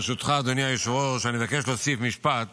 ברשותך, אדוני היושב-ראש, אני מבקש להוסיף משפט